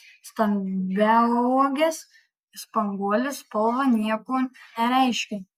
stambiauogės spanguolės spalva nieko nereiškia